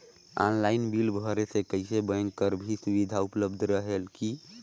Online bill भरे से कइसे बैंक कर भी सुविधा उपलब्ध रेहेल की?